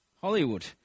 Hollywood